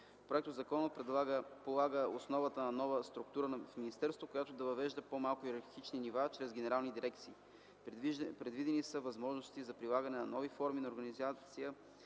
Проектозаконът полага основата на нова структура на министерството, която да въвежда по-малко йерархични нива чрез генерални дирекции. Предвидени са възможности за прилагане на нови форми на организация